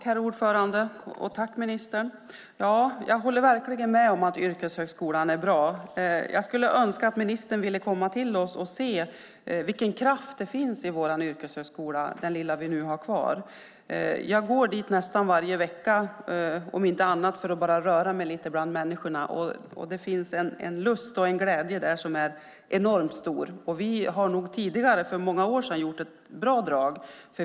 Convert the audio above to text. Herr talman! Jag håller verkligen med om att Yrkeshögskolan är bra. Jag skulle önska att ministern ville komma till oss och se vilken kraft det finns i vår yrkeshögskola, den lilla vi nu har kvar. Jag går dit varje vecka om inte annat bara för att röra mig lite bland människorna. Det finns en lust och glädje där som är enormt stor. Vi har tidigare för många år sedan gjort ett bra drag.